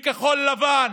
מכחול לבן,